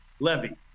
Levy